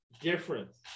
difference